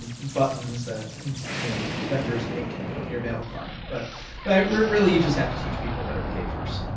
and buttons that you know vendors make and put in your mail client but really you just have to teach people better behaviors.